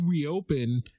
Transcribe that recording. reopen